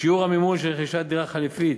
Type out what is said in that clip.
שיעור המימון של רכישת דירה חלופית,